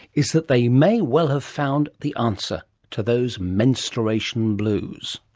is that they may well have found the answer to those menstruation blues.